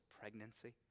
pregnancy